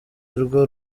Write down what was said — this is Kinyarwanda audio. rwo